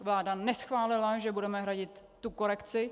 Vláda neschválila, že budeme hradit tu korekci.